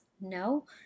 No